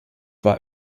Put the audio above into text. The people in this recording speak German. war